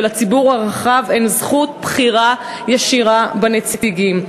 ולציבור הרחב אין זכות בחירה ישירה בנציגים.